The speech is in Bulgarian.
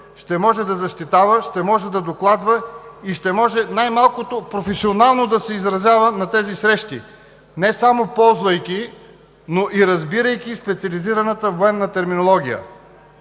ще може да защитава, ще може да докладва и ще може, най-малкото професионално да се изразява на тези срещи, не само ползвайки, но и разбирайки специализираната военна терминология.